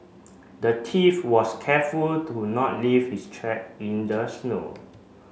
the thief was careful to not leave his track in the snow